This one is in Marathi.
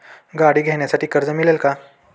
गाडी घेण्यासाठी कर्ज मिळेल का?